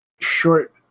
short